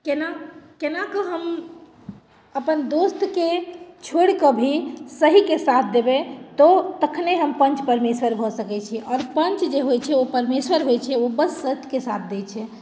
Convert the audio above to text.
केना केनाके हम अपन दोस्तके छोड़िके भी सहीके साथ देबै तऽ ओ तखनहि हम पञ्च परमेश्वर भऽ सकैत छी आओर पञ्च जे होइत छै ओ परमेश्वर होइत छै ओ बस सचके साथ दैत छै